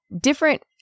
different